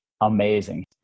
amazing